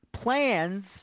Plans